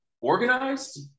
organized